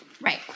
Right